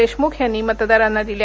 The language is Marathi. देशमुख यांनी मतदारांना दिल्या